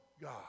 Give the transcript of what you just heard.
god